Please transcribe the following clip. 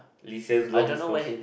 Lee-Hsien-Loong house